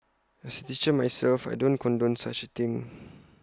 as A teacher myself I don't condone such A thing